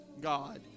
God